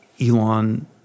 Elon